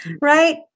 Right